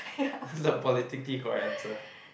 the politically correct answer